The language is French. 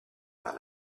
par